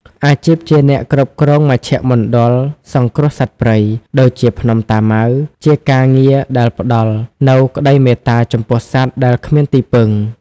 អាជីពជាអ្នកគ្រប់គ្រងមជ្ឈមណ្ឌលសង្គ្រោះសត្វព្រៃ ដូចជាភ្នំតាម៉ៅ ជាការងារដែលផ្ដល់នូវក្តីមេត្តាចំពោះសត្វដែលគ្មានទីពឹង។